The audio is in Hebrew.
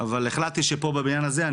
אבל החלטתי שפה בבניין הזה,